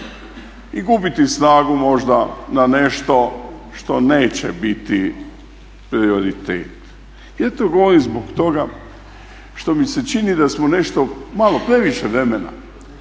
i gubiti snagu možda na nešto što neće biti prioritet. Ja to govorim zbog toga što mi se čini da smo nešto malo previše vremena